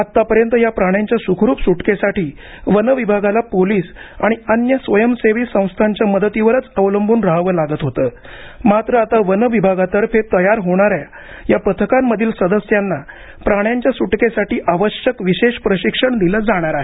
आत्तापर्यंत या प्राण्यांच्या सुखरूप सुटकेसाठी वन विभागाला पोलीस आणि अन्य स्वयंसेवी संस्थांच्या मदतीवरच अवलंवून राहावं लागत होतं मात्र आता वन विभागातर्फे तयार होणाऱ्या या पथकांमधील सदस्यांना प्राण्यांच्या सुटकेसाठी आवश्यक विशेष प्रशिक्षण दिलं जाणार आहे